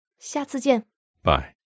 下次见。Bye